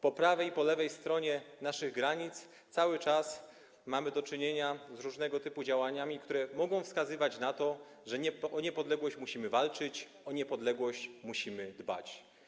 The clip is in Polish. Po prawej i po lewej stronie naszych granic cały czas mamy do czynienia z różnego typu działaniami, którego mogą wskazywać na to, że o niepodległość musimy walczyć, o niepodległość musimy dbać.